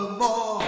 more